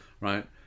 right